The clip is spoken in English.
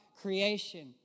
creation